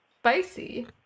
spicy